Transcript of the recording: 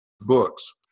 books